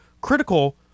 critical